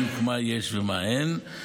בדיוק מה יש ומה אין,